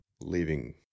leaving